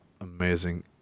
amazing